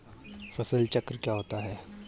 फसल चक्र क्या होता है?